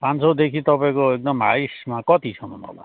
पाँच सौदेखि तपाईँको एकदम हाइयेस्टमा कतिसम्म होला